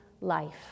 life